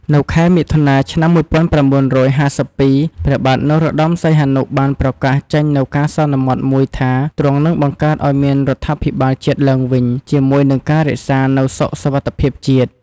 នៅខែមិថុនា ឆ្នាំ ១៩៥២ ព្រះបាទនរោត្តមសីហនុ បានប្រកាសចេញនូវការសន្មត់មួយថា ទ្រង់និងបង្កើតឱ្យមានរដ្ឋាភិបាលជាតិឡើងវិញ ជាមួយនិងការរក្សានៅសុខសុវត្ថិភាពជាតិ ។